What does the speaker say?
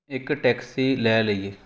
ਇੱਕ ਟੈਕਸੀ ਲੈ ਲਈਏ